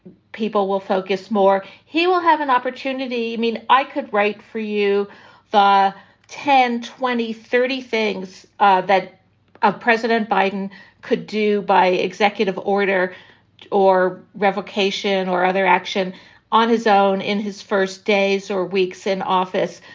people will focus more. he will have an opportunity. i mean, i could write for you the ten, twenty, thirty things ah that ah president biden could do by executive order or revocation or other action on his own in his first days or weeks in office.